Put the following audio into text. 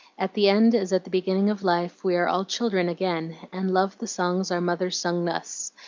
at the end as at the beginning of life we are all children again, and love the songs our mothers sung us,